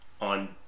on